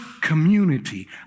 community